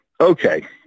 okay